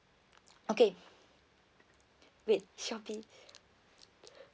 okay wait shopee